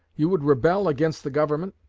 you would rebel against the government,